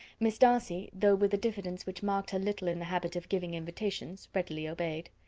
miss darcy, though with a diffidence which marked her little in the habit of giving invitations, readily obeyed.